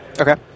Okay